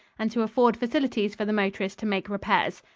and to afford facilities for the motorist to make repairs.